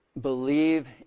believe